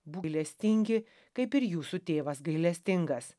būk gailestingi kaip ir jūsų tėvas gailestingas